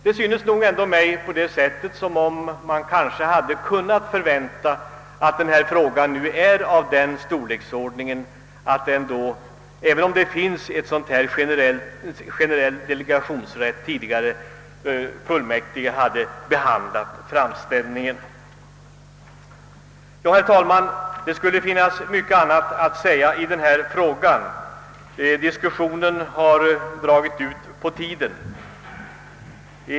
Det synes mig dock som om man hade kunnat förvänta att fullmäktige med hänsyn till frågans vikt hade behandlat framställningen, även om det sedan tidigare finns en generell delegationsrätt. Herr talman! Det skulle finnas mycket mer att säga i denna fråga; men diskussionen har dragit ut på tiden.